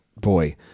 boy